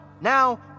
now